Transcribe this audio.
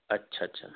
اچھا اچھا